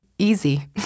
easy